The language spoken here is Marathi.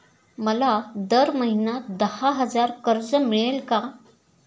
मला दर महिना दहा हजार कर्ज मिळेल का?